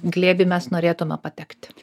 glėbį mes norėtume patekti